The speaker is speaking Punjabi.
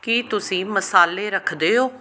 ਕੀ ਤੁਸੀਂ ਮਸਾਲੇ ਰੱਖਦੇ ਹੋ